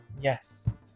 Yes